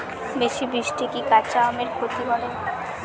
বেশি বৃষ্টি কি কাঁচা আমের ক্ষতি করে?